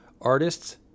artists